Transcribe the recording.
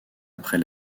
après